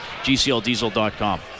gcldiesel.com